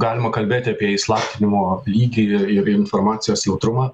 galima kalbėti apie įslaptinimo lygį ir informacijos jautrumą